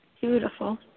Beautiful